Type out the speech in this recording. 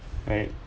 right